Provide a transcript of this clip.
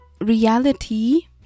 Reality